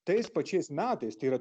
tais pačiais metais tai yra